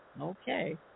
okay